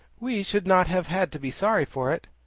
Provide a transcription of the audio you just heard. we should not have had to be sorry for it.